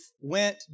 went